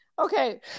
Okay